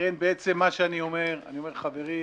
אני אומר, חברים,